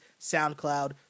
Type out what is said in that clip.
SoundCloud